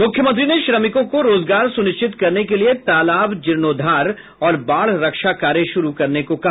मुख्यमंत्री ने श्रमिकों को रोजगार सुनिश्चित करने के लिये तालाब जीर्णोद्धार और बाढ़ रक्षा कार्य शुरू करने को कहा